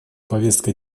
повестка